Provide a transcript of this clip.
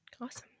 Awesome